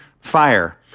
fire